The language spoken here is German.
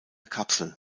kapsel